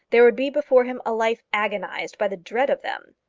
there would be before him a life agonised by the dread of them.